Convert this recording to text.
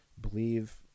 believe